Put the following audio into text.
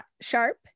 Sharp